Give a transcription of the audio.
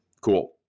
Cool